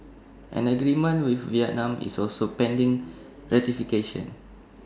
an agreement with Vietnam is also pending ratification